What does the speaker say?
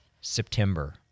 September